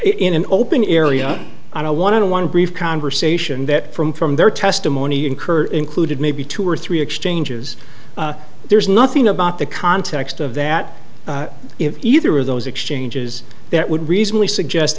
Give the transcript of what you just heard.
in an open area i don't want to one brief conversation that from from their testimony incur included maybe two or three exchanges there's nothing about the context of that if either of those exchanges that would reasonably suggest